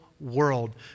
world